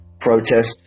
protest